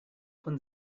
von